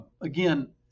again